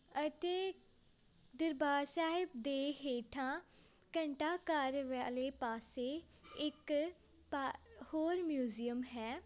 ਅਤੇ ਦਰਬਾਰ ਸਾਹਿਬ ਦੇ ਹੇਠਾਂ ਘੰਟਾ ਘਰ ਵਾਲੇ ਪਾਸੇ ਇੱਕ ਪਾ ਹੋਰ ਮਿਊਜ਼ੀਅਮ ਹੈ